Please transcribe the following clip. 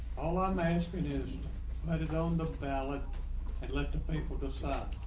all on my and screen is i didn't own the ballot and let the people decide.